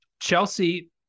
Chelsea